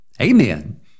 amen